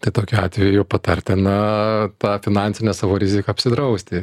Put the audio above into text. tai tokiu atveju patartina tą finansinę savo riziką apsidrausti